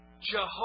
Jehovah